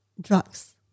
drugs